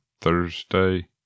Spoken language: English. Thursday